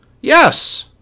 Yes